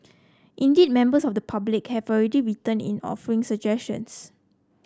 indeed members of the public have already written in offering suggestions